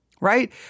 Right